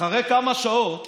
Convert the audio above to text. אחרי כמה שעות